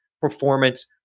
performance